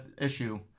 issue